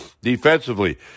Defensively